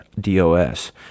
DOS